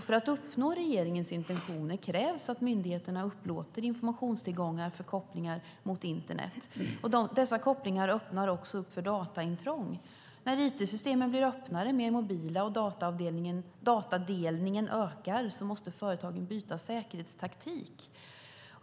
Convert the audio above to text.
För att uppnå regeringens intentioner krävs att myndigheterna upplåter informationstillgångar för kopplingar mot internet. Dessa kopplingar öppnar också upp för dataintrång. När it-systemen blir öppnare och mer mobila och när datadelningen ökar måste företagen byta säkerhetstaktik.